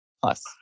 plus